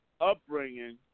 upbringing